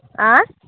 ऑंय